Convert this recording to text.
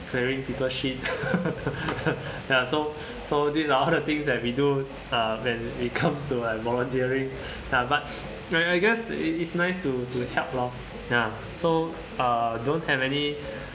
clearing people's shit ya so so these are all the things that we do uh when it comes to like volunteering ah but I I guess it it's nice to to help lor ya so uh don't have any